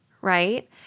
right